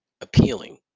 appealing